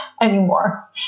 anymore